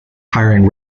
hiring